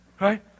right